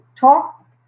talk